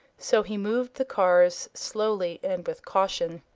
so he moved the cars slowly and with caution.